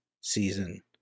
season